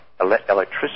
electricity